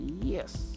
Yes